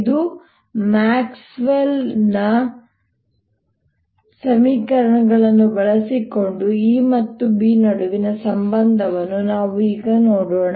ಇತರ ಮ್ಯಾಕ್ಸ್ವೆಲ್ನ ಸಮೀಕರಣಗಳನ್ನು ಬಳಸಿಕೊಂಡು E ಮತ್ತು B ನಡುವಿನ ಸಂಬಂಧವನ್ನು ನಾವು ಈಗ ನೋಡೋಣ